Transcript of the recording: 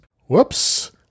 Whoops